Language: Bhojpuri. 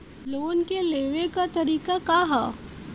लोन के लेवे क तरीका का ह?